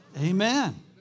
Amen